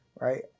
right